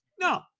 No